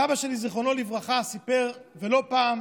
סבא שלי, זיכרונו לברכה, סיפר לא פעם